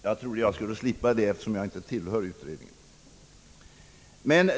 Jag trodde jag skulle slippa den, eftersom jag inte tillhör utredningen.